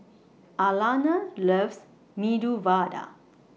Alana loves Medu Vada